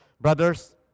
Brothers